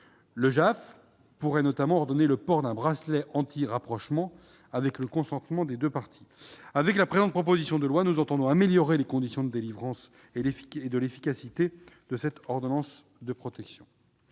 Le JAF pourrait notamment ordonner le port d'un bracelet anti-rapprochement, avec le consentement des deux parties. Au travers de la présente proposition de loi, nous entendons améliorer les conditions de délivrance et l'efficacité de l'ordonnance de protection.